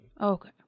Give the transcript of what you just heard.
Okay